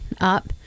up